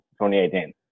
2018